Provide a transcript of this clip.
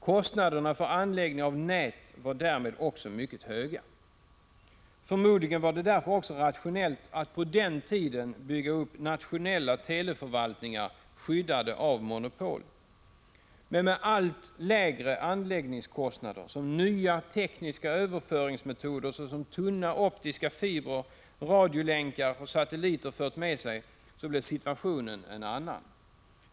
Kostnaderna för anläggning av nät var därmed mycket höga. Förmodligen var det därför också rationellt att på den tiden bygga upp nationella teleförvaltningar, skyddade av monopol. Men med de allt lägre anläggningskostnader som nya tekniska överföringsmetoder, såsom tunna optiska fibrer, radiolänkar och satelliter, fört med sig blir situationen en annan.